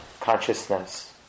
consciousness